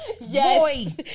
Yes